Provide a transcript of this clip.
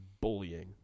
bullying